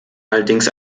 allerdings